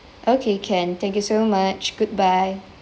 okay can thank you so much goodbye